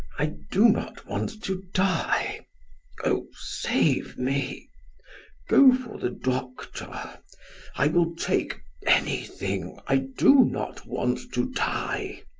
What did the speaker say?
i do not want to die oh, save me go for the doctor. i will take anything. i do not want to die.